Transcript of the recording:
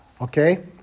Okay